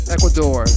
Ecuador